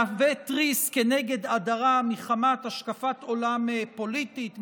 מהווה תריס כנגד הדרה מחמת השקפת עולם פוליטית,